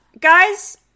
guys